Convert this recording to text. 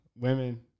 Women